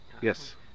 Yes